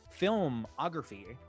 filmography